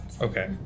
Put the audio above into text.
Okay